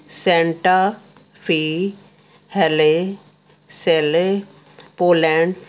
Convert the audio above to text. Santa Fe ਹੈਲੇ ਸੈਲੇ Poland